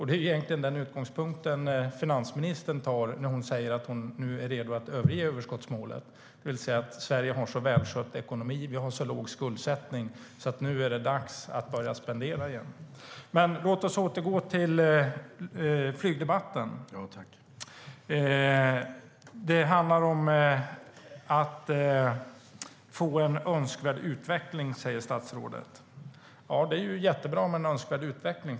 Det är den utgångspunkten som finansministern tar när hon säger att hon nu är redo att överge överskottsmålet. Sverige har så välskött ekonomi och så låg skuldsättning att det nu är dags att börja spendera igen. Låt oss återgå till flygdebatten. Statsrådet säger att det handlar om att få en önskvärd utveckling. Ja, det är jättebra med en önskvärd utveckling.